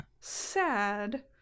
sad